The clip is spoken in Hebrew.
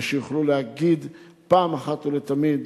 ושיוכלו להגיד פעם אחת ולתמיד